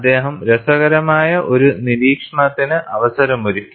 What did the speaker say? അദ്ദേഹം രസകരമായ ഒരു നിരീക്ഷണത്തിന് അവസരമൊരുക്കി